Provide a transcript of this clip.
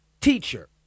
Teacher